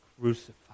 crucified